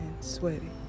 sweaty